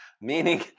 meaning